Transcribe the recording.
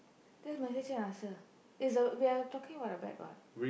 just message her and ask her is uh we are talking about the bet what